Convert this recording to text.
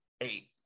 eight